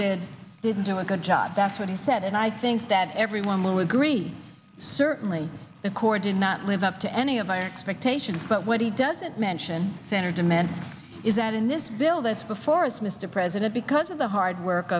did didn't do a good job that's what he said and i think that everyone will agree certainly the corps did not live up to any of our expectations but what he doesn't mention center demand is that in this bill that's before us mr president because of the hard work